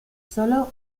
sólo